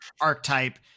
archetype